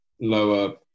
lower